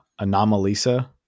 Anomalisa